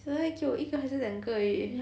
他只给我一个还是两个而已